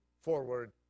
forward